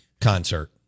concert